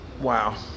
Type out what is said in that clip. Wow